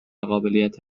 قابلیت